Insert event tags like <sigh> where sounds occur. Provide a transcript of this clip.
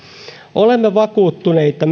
olemme vakuuttuneita <unintelligible>